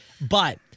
But-